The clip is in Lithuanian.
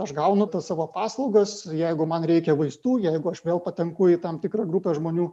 aš gaunu tas savo paslaugas jeigu man reikia vaistų jeigu aš vėl patenku į tam tikrą grupę žmonių